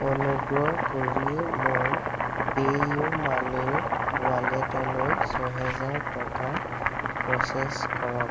অনুগ্ৰহ কৰি মোৰ পে'ইউমানিৰ ৱালেটলৈ ছয় হেজাৰ টকা প্ৰ'চেছ কৰক